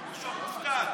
ויש פקיד זוטר.